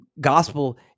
gospel